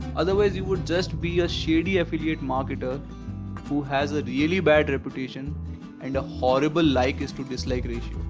otherwise, you would just be a shady affiliate marketer who has a really bad reputation and a horrible like is to dislike ratio.